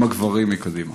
עם הגברים מקדימה.